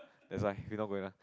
that's why you not going ah